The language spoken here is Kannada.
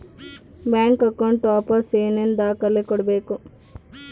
ಬ್ಯಾಂಕ್ ಅಕೌಂಟ್ ಓಪನ್ ಏನೇನು ದಾಖಲೆ ಕೊಡಬೇಕು?